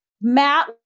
Matt